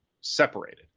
separated